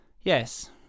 Yes